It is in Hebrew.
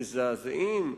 מזעזעים.